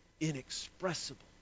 inexpressible